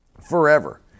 forever